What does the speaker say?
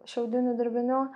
šiaudinių dirbinių